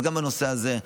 אז גם בנושא הזה,